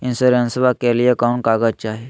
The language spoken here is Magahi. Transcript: इंसोरेंसबा के लिए कौन कागज चाही?